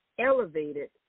elevated